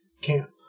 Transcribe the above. camp